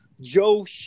Joe